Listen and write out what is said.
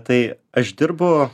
tai aš dirbu